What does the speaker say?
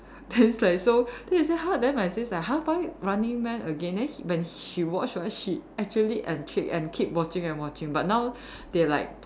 then it's like so then he say !huh! then my sis like !huh! why running man again then he when he watch right she actually intrigued and keep watching and watching but now they like